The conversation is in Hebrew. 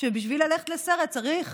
שבשביל ללכת לסרט צריך